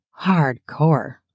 Hardcore